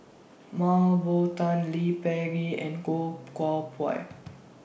Mah Bow Tan Lee Peh Gee and Goh Koh Pui